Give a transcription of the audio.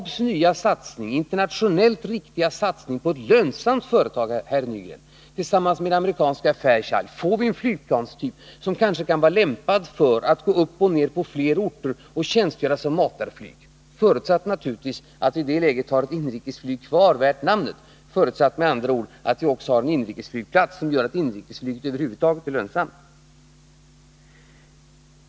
Och med Saabs nya, internationellt riktiga satsning på ett lönsamt företag, herr Nygren, tillsammans med amerikanska Fairchild får vi en flygplanstyp som kanske kan vara lämpad för att gå upp och ned på fler orter och tjänstgöra som matarflyg — förutsatt naturligtvis att vi i det läget har ett inrikesflyg kvar värt namnet. Det förutsätts med andra ord att vi också har en inrikesflygplats som gör att inrikesflyget över huvud taget är lönsamt.